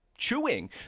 chewing